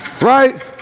Right